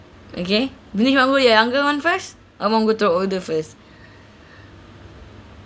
okay vinesh you want to go to the younger [one] first or want go to the older first